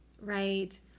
right